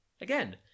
again